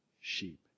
sheep